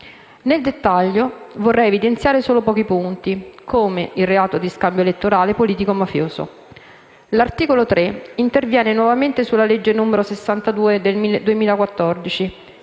Nel dettaglio, vorrei evidenziare solo pochi punti come il reato di scambio elettorale politico-mafioso. L'articolo 3 interviene nuovamente sulla legge n. 62 del 2014,